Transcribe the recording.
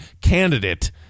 candidate